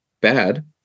bad